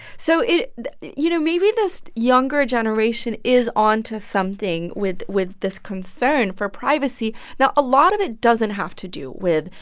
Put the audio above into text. so it you know, maybe this younger generation is onto something with with this concern for privacy. now, a lot of it doesn't have to do with,